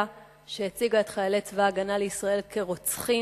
שהציגה את חיילי צבא-הגנה לישראל כרוצחים.